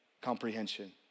Comprehension